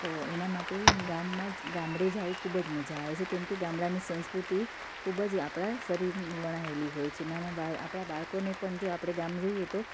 તો એના માટે જ ગામમાં જ ગામડે જાવું ખૂબ જ મજા આવે છે કેમકે ગામડાની સંસ્કૃતિ ખૂબ જ આપણા શરીરને વણાયેલી હોય છે નાના બાળ આપણા બાળકોને પણ જો આપણે ગામ જઈએ તો